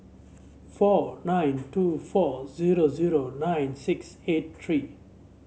four nine two four zero zero nine six eight three